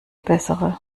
bessere